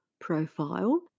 profile